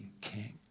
king